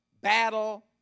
battle